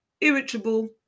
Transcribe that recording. irritable